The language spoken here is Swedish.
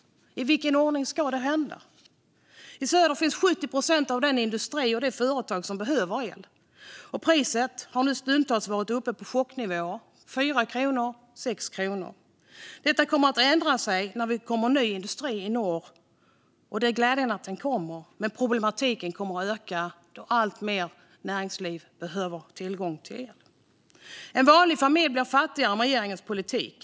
I vilken ordning ska det här hända? I söder finns 70 procent av den industri och de företag som behöver el. Priset har nu stundtals varit uppe på chocknivåer - 4 kronor och 6 kronor. Detta kommer att ändra sig när det kommer ny industri i norr. Det är glädjande att den kommer, men problematiken kommer att öka då alltmer näringsliv behöver tillgång till el. En vanlig familj blir fattigare med regeringens politik.